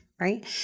right